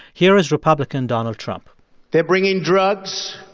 here is republican donald trump they're bringing drugs.